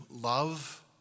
love